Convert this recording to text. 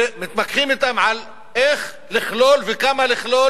ומתמקחים אתם על איך לכלול וכמה לכלול